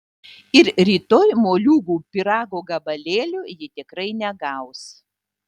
ir rytoj moliūgų pyrago gabalėlio ji tikrai negaus